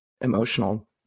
emotional